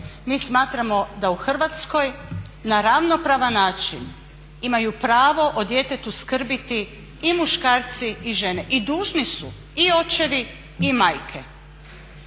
mi smatramo da u Hrvatskoj na ravnopravan način imaju pravo o djetetu skrbiti i muškarci i žene i dužni su i očevi i majke.